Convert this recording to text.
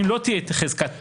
אם לא תהיה חזקת תקינות,